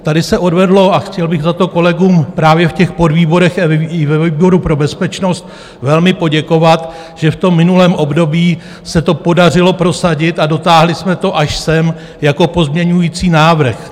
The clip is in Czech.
Tady se odvedlo, a chtěl bych za to kolegům právě v těch podvýborech i ve výboru pro bezpečnost velmi poděkovat, že v minulém období se to podařilo prosadit a dotáhli jsme to až sem jako pozměňovací návrh.